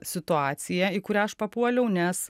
situaciją į kurią aš papuoliau nes